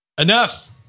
enough